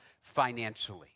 financially